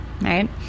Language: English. Right